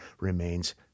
remains